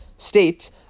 state